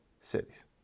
cities